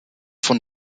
von